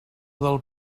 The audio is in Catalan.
del